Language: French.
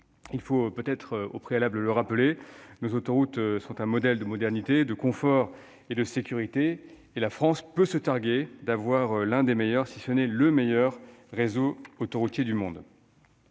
Il faut d'abord le rappeler, nos autoroutes sont un modèle de modernité, de confort et de sécurité. Oui, la France peut se targuer d'avoir l'un des meilleurs, si ce n'est le meilleur réseau autoroutier du monde.